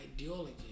ideology